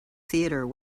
theater